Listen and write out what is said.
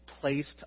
placed